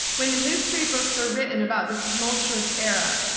when the history books are written about this tumultuous era,